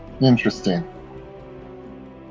Interesting